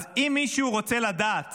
אם מישהו רוצה לדעת